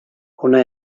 hona